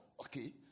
Okay